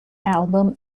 album